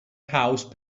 house